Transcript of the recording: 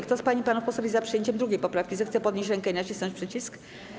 Kto z pań i panów posłów jest za przyjęciem 2. poprawki, zechce podnieść rękę i nacisnąć przycisk.